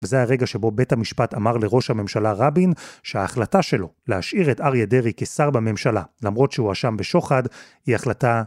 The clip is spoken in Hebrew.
וזה הרגע שבו בית המשפט אמר לראש הממשלה רבין שההחלטה שלו להשאיר את אריה דרעי כשר בממשלה, למרות שהואשם בשוחד, היא החלטה